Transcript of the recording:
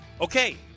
Okay